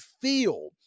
feel